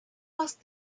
ask